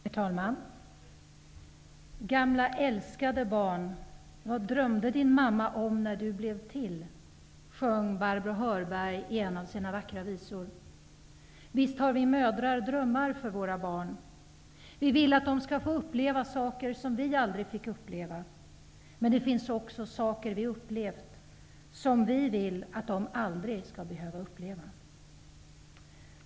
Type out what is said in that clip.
Herr talman! ''Gamla älskade barn, vad drömde din mamma om när du blev till?'' Så sjöng Barbro Hörberg i en av sina vackra visor. Visst har vi mödrar drömmar för våra barn. Vi vill att de skall få uppleva saker som vi aldrig fick uppleva, men det finns också saker som vi upplevt och som vill att de aldrig skall behöva uppleva.